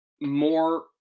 more –